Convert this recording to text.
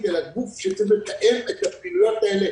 אלא גוף שצריך לתאם את הפעילויות האלה